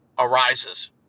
arises